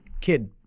kid